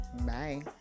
bye